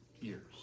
years